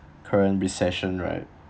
current recession right